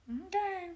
Okay